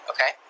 Okay